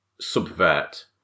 subvert